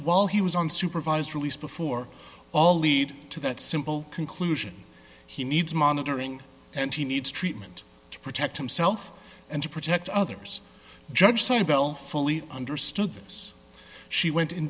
while he was on supervised release before all lead to that simple conclusion he needs monitoring and he needs treatment to protect himself and to protect others judge sonia bell fully understood this she went in